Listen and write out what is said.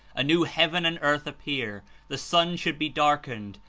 a new heaven and earth appear the sun should be darkened,